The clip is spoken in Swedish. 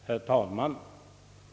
Herr talman!